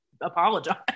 apologize